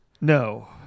No